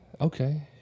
Okay